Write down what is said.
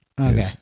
Okay